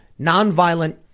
Nonviolent